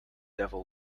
devil